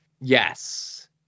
Yes